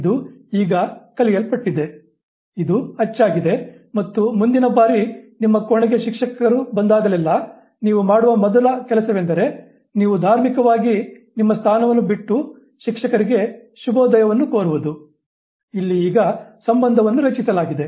ಇದು ಈಗ ಕಲಿಯಲ್ಪಟ್ಟಿದೆ ಇದು ಅಚ್ಚಾಗಿದೆ ಮತ್ತು ಮುಂದಿನ ಬಾರಿ ನಿಮ್ಮ ಕೋಣೆಗೆ ಶಿಕ್ಷಕರು ಬಂದಾಗಲೆಲ್ಲಾ ನೀವು ಮಾಡುವ ಮೊದಲ ಕೆಲಸವೆಂದರೆ ನೀವು ಧಾರ್ಮಿಕವಾಗಿ ನಿಮ್ಮ ಸ್ಥಾನವನ್ನು ಬಿಟ್ಟು ಶಿಕ್ಷಕರಿಗೆ ಶುಭೋದಯವನ್ನು ಕೋರುವುದು ಇಲ್ಲಿ ಈಗ ಸಂಬಂಧವನ್ನು ರಚಿಸಲಾಗಿದೆ